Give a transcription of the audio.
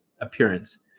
appearance